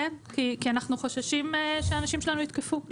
כי אנחנו חוששים שהאנשים שלנו יותקפו.